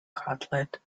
cutlet